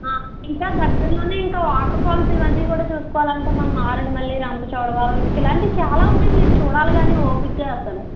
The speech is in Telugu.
ఇంకా దగ్గరలోనే ఇంకా వాటర్ ఫాల్స్ ఇవన్నీ కూడా చూస్కోవాలంటే మన మారేడుమిల్లి రంపచోడవరం ఇంకా ఇలాంటివి చాలా ఉన్నాయి మీరు చుడాలి కాని ఓపికగా అసలు